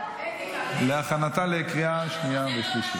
להכנתה לקריאה שנייה ושלישית.